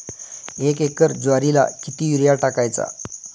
एक एकर ज्वारीला किती युरिया टाकायचा?